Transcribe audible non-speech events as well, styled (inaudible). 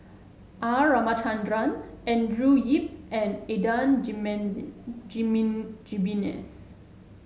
R Ramachandran Andrew Yip and Adan (unintelligible) Jimenez